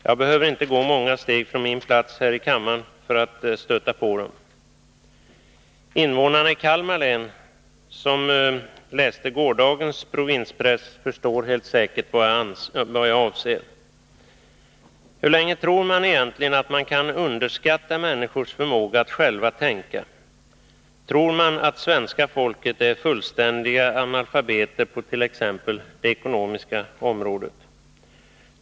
Jag behöver inte gå många steg från min plats för att stöta på dem. Invånarna i Kalmar län som läste gårdagens provinspress förstår helt säkert vad jag avser. Hur länge tror man egentligen att man kan underskatta människors förmåga att tänka själva? Tror man att svenska folket består av fullständiga analfabeter på t.ex. det ekonomiska området?